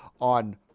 on